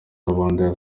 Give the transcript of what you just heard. kabandana